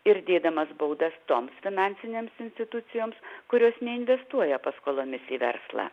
ir dėdamas baudas toms finansinėms institucijoms kurios neinvestuoja paskolomis į verslą